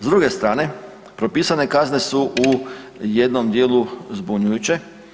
S druge strane propisane kazne su u jednom dijelu zbunjujuće.